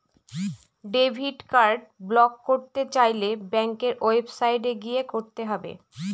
debit card block করতে চাইলে ব্যাঙ্কের ওয়েবসাইটে গিয়ে করতে হবে